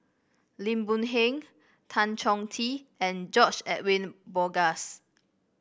Lim Boon Heng Tan Chong Tee and George Edwin Bogaars